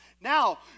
Now